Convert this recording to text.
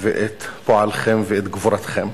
על פועלכם וגבורתכם.